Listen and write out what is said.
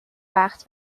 وقت